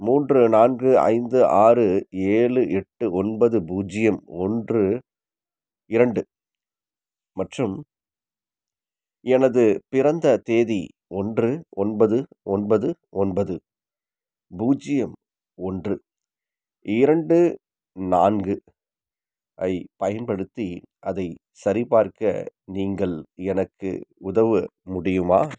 மூன்று நான்கு ஐந்து ஆறு ஏழு எட்டு ஒன்பது பூஜ்ஜியம் ஒன்று இரண்டு மற்றும் எனது பிறந்த தேதி ஒன்று ஒன்பது ஒன்பது ஒன்பது பூஜ்ஜியம் ஒன்று இரண்டு நான்கு ஐப் பயன்படுத்தி அதைச் சரிபார்க்க நீங்கள் எனக்கு உதவ முடியுமா